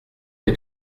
les